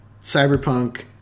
Cyberpunk